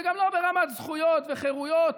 וגם לא ברמת זכויות וחירויות.